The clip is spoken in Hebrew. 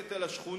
ללכת אל השכונות,